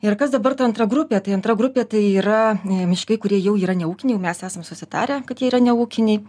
ir kas dabar ta antra grupė tai antra grupė tai yra miškai kurie jau yra ne ūkiniai mes esam susitarę kad jie yra ne ūkiniai